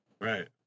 Right